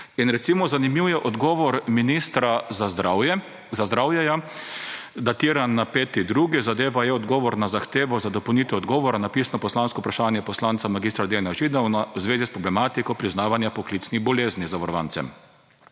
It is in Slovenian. Zanimiv je odgovor ministra za zdravje, datiran 5. 2. Zadeva je odgovor na zahtevo za dopolnitev odgovora na pisno poslansko vprašanje poslanca mag. Dejana Židana v zvezi s problematiko priznavanja poklicnih bolezni zavarovancem.